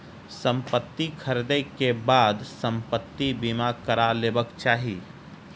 संपत्ति ख़रीदै के बाद संपत्ति बीमा करा लेबाक चाही